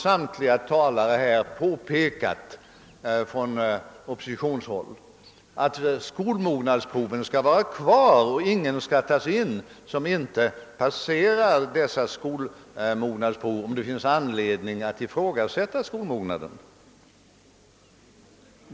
Samtliga talare från oppositionshåll har påpekat, att skolmognadsproven skall vara kvar och att ett barn inte skall tas in om det finns anledning att ifrågasätta dess skolmognad.